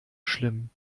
schlimm